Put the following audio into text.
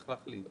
צריך להחליט.